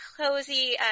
cozy